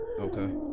Okay